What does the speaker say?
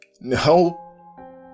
No